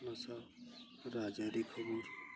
ᱚᱱᱟ ᱥᱟᱶ ᱨᱟᱡᱽ ᱟᱹᱨᱤ ᱠᱷᱚᱵᱚᱨ